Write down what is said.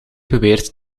beweert